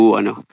ano